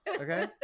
Okay